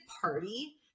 party